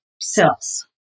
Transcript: cells